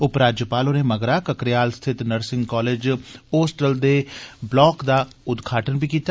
उपराज्यपाल होरें मगरा ककरेयाल स्थित नर्सिग कालेज होस्टल ब्लार्के दा उदघाटन बी कीता